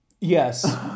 Yes